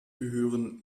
gehören